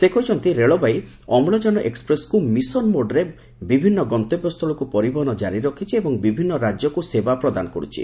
ସେ କହିଛନ୍ତି ରେଳବାଇ ଅମୁକାନ ଏକୁପ୍ରେସ୍ ମିଶନ ମୋଡରେ ବିଭିନ୍ ଗନ୍ତବ୍ୟସ୍ଚୁଳକୁ ପରିବହନ କାରି ରଖିଛି ଏବଂ ବିଭିନ୍ ରାକ୍ୟକୁ ସେବା ପ୍ରଦାନ କର୍୍ୱଛି